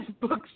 books